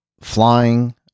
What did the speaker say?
flying